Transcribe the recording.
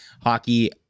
hockey